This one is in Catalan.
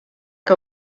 que